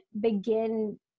begin